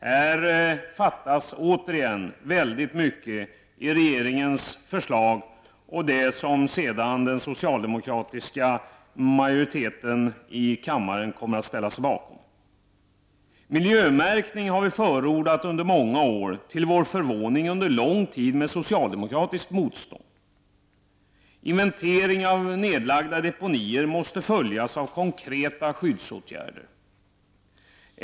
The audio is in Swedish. Här saknas återigen väldigt mycket i regeringens förslag och det som senare den socialdemokratiska majoriteten i kammaren kommer att ställa sig bakom. Miljömärkning har vi förordat under många år, till vår förvåning under lång tid med socialdemokratiskt motstånd. Inventering av nedlagda deponier måste följas av konkreta skyddsåtgärder.